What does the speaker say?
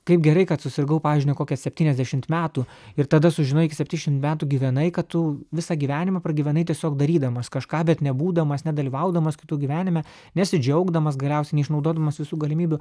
kaip gerai kad susirgau pavyzdžiui ne kokia septyniasdešimt metų ir tada sužinai jog septyniasdešimt metų gyvenai kad tu visą gyvenimą pragyvenai tiesiog darydamas kažką bet nebūdamas nedalyvaudamas kitų gyvenime nesidžiaugdamas galiausiai neišnaudodamas visų galimybių